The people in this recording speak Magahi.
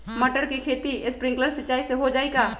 मटर के खेती स्प्रिंकलर सिंचाई से हो जाई का?